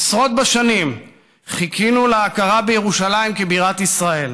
עשרות בשנים חיכינו להכרה בירושלים כבירת ישראל.